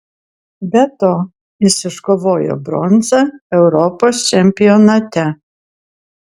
be to jis iškovojo bronzą europos čempionate